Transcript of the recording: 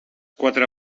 quatre